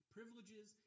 Privileges